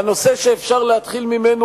והנושא שאפשר להתחיל ממנו,